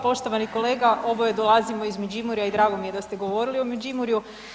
Poštovani kolega, oboje dolazimo iz Međimurja i drago mi je da ste govorili o Međimurju.